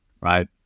right